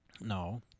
No